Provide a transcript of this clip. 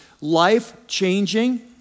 life-changing